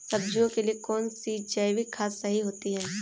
सब्जियों के लिए कौन सी जैविक खाद सही होती है?